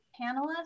panelists